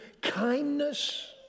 kindness